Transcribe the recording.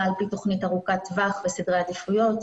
על פי תכנית ארוכת טווח וסדרי עדיפויות,